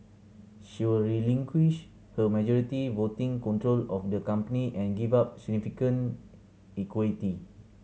she will relinquish her majority voting control of the company and give up significant equity